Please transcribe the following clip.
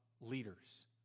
leaders